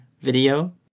video